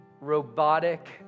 robotic